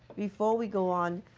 before we go on,